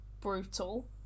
brutal